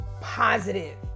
positive